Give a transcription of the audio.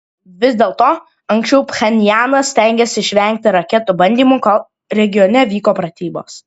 vis dėlto anksčiau pchenjanas stengėsi išvengti raketų bandymų kol regione vyko pratybos